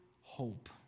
hope